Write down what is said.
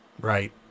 Right